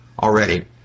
already